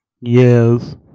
Yes